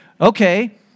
okay